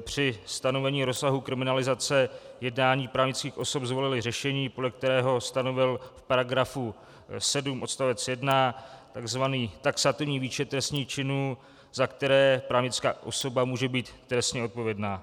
při stanovení rozsahu kriminalizace jednání právnických osob zvolili řešení, podle kterého stanovil v § 7 odst. 1 tzv. taxativní výčet trestných činů, za které právnická osoba může být trestně odpovědná.